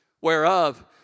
whereof